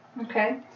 Okay